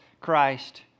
Christ